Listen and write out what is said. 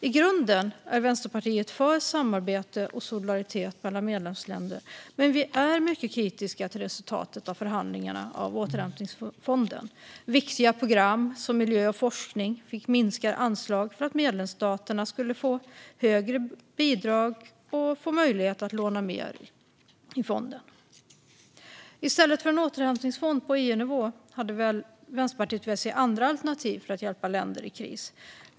I grunden är Vänsterpartiet för samarbete och solidaritet mellan medlemsländer, men vi är mycket kritiska till resultatet av förhandlingarna av återhämtningsfonden. Viktiga program som miljö och forskning fick minskade anslag för att medlemsstaterna skulle få högre bidrag och få möjlighet att låna mer i fonden. I stället för en återhämtningsfond på EU-nivå hade Vänsterpartiet velat se andra alternativ för att hjälpa länder i kris.